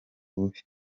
bubi